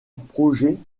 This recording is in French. projet